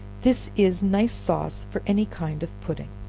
this is nice sauce for any kind of pudding.